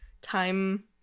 time